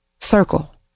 circle